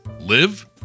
live